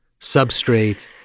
substrate